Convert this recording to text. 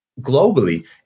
globally